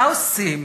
מה עושים?